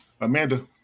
Amanda